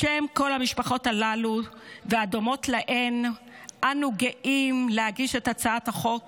בשם כל המשפחות הללו והדומות להם אנו גאים להגיש את הצעת החוק